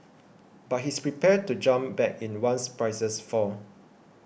but he's prepared to jump back in once prices fall